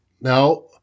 Now